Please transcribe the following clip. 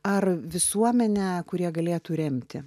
ar visuomenę kurie galėtų remti